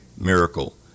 miracle